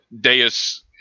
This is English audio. Deus